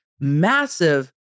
massive